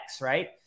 right